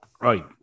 right